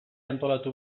antolatu